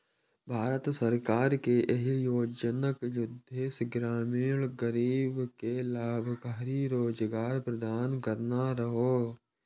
भारत सरकार के एहि योजनाक उद्देश्य ग्रामीण गरीब कें लाभकारी रोजगार प्रदान करना रहै